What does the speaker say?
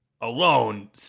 Alone